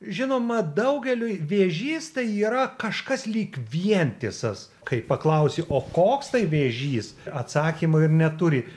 žinoma daugeliui vėžys tai yra kažkas lyg vientisas kai paklausi o koks tai vėžys atsakymo ir neturi